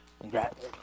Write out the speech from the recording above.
Congrats